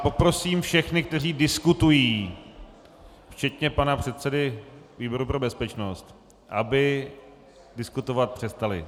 Poprosím všechny, kteří diskutují, včetně pana předsedy výboru pro bezpečnost, aby diskutovat přestali.